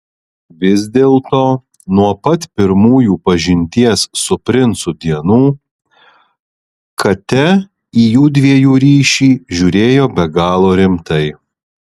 vis dėlto nuo pat pirmųjų pažinties su princu dienų kate į jųdviejų ryšį žiūrėjo be galo rimtai